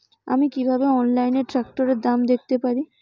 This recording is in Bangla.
আমি কিভাবে অনলাইনে ট্রাক্টরের দাম দেখতে পারি?